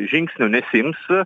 žingsnių nesiims